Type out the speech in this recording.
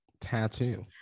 tattoo